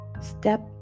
step